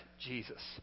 Jesus